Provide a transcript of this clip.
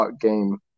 game